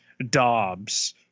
Dobbs